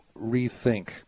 rethink